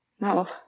No